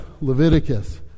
Leviticus